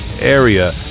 area